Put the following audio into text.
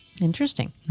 Interesting